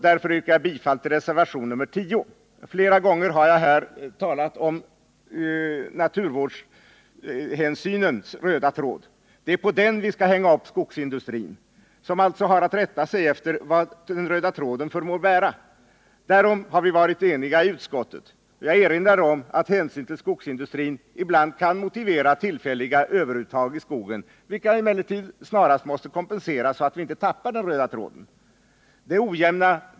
Därför yrkar jag bifall till reservation 10. Flera gånger har jag här talat om naturvårdshänsynens röda tråd. Det är på den vi skall hänga upp skogsindustrin, som alltså har att rätta sig efter vad den röda tråden förmår bära. Därom har vi varit eniga i utskottet. Jag erinrar om att hänsynen till skogsindustrin ibland kan motivera tillfälliga överuttag i skogen, vilka emellertid snarast måste kompenseras så att vi inte tappar den röda tråden.